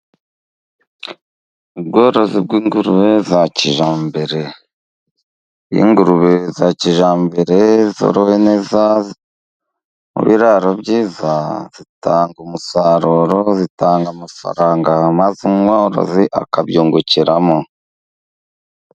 Ubworozi bw'ingurube za kijyambere. Iyo ingurube za kijyambere zorowe neza, mu biraro byiza, zitanga umusaruro. Zitanga amafaranga maze umworozi akabyungukiramo.